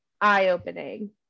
eye-opening